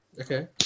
Okay